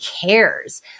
cares